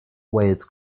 wales